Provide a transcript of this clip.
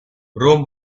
rome